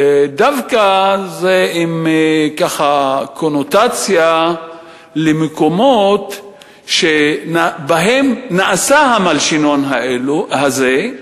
דווקא זה עם קונוטציה למקומות שבהם נעשה המלשינון הזה,